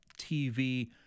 TV